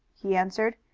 he answered.